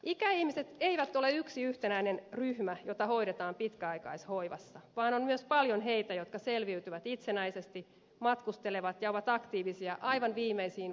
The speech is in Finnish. ikäihmiset eivät ole yksi yhtenäinen ryhmä jota hoidetaan pitkäaikaishoivassa vaan on myös paljon heitä jotka selviytyvät itsenäisesti matkustelevat ja ovat aktiivisia aivan viimeisiin vuosiin asti